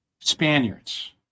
Spaniards